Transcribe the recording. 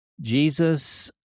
Jesus